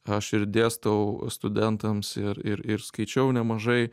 aš ir dėstau studentams ir ir ir skaičiau nemažai